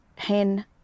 hen